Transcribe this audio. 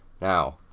Now